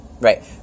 Right